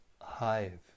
Hive